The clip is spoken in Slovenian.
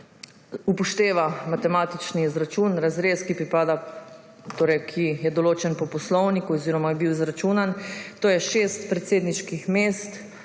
upošteva matematični izračun, razrez, ki je določen po poslovniku oziroma je bil izračunan. To je šest predsedniških mest